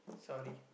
sorry